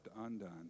undone